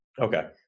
okay